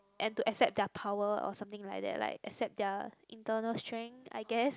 and to accept their power or something like that like accept their internal strength I guess